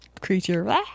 creature